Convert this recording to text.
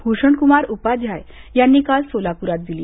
भूषणक्मार उपाध्याय यांनी काल सोलापुरात दिली